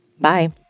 Bye